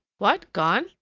what! gone?